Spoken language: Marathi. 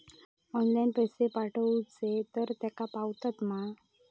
ऑनलाइन पैसे पाठवचे तर तेका पावतत मा?